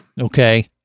Okay